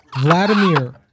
Vladimir